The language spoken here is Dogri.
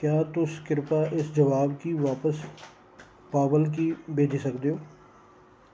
क्या तुस किरपा इस जवाब गी बापस पावल गी बेजी सकदे ओ